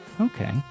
Okay